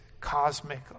cosmic